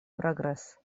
прогресс